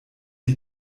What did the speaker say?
die